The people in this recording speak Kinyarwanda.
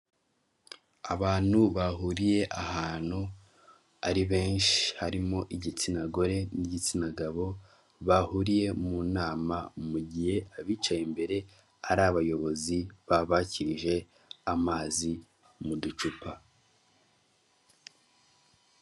Abantu bahuriye ahantu ari benshi harimo igitsina gore n'igitsina gabo bahuriye mu nama, mu gihe abicaye imbere ari abayobozi babakirije amazi mu ducupa.